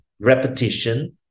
repetition